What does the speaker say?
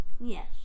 Yes